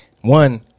One